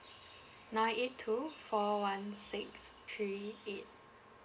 nine eight two four one six three eight